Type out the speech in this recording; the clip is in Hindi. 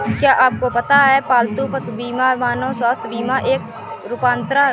क्या आपको पता है पालतू पशु बीमा मानव स्वास्थ्य बीमा का एक रूपांतर है?